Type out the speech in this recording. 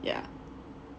yeah